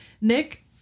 Nick